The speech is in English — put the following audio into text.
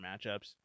matchups